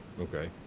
Okay